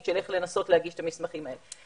של איך לנסות להגיש את המסמכים האלה.